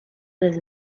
las